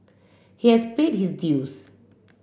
he has paid his dues